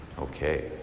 Okay